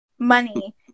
money